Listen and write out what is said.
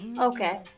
Okay